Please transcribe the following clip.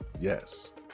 yes